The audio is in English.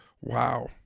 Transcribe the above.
wow